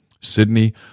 Sydney